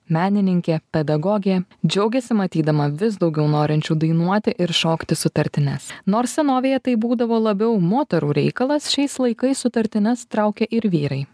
menininkė pedagogė džiaugiasi matydama vis daugiau norinčių dainuoti ir šokti sutartines nors senovėje tai būdavo labiau moterų reikalas šiais laikais sutartines traukia ir vyrai